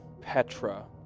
Petra